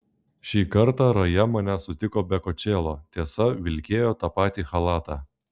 šį kartą raja mane sutiko be kočėlo tiesa vilkėjo tą patį chalatą